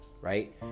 right